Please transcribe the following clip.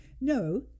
No